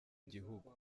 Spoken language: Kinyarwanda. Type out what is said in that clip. igihugu